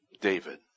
David